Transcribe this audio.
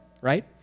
right